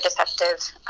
Deceptive